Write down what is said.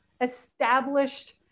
established